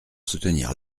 soutenir